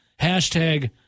Hashtag